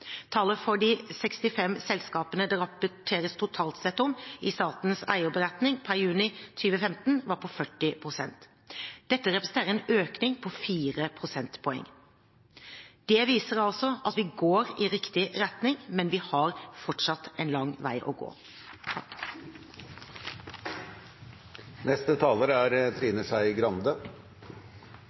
Tallet for de 65 selskapene det totalt sett rapporteres om i Statens eierberetning, var per juni 2015 på 40 pst. Dette representerer en økning på fire prosentpoeng. Det viser at vi går i riktig retning, men vi har fortsatt en lang vei å gå. Takk for et grundig svar fra statsråden. Jeg er